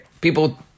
People